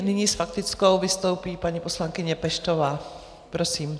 Nyní s faktickou vystoupí paní poslankyně Peštová, prosím.